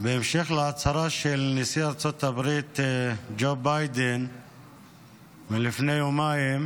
בהמשך להצהרה של נשיא ארצות הברית ג'ו ביידן לפני יומיים,